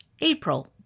April